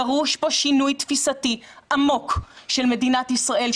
דרוש פה שינוי תפיסתי עמוק של מדינת ישראל,